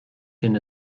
sin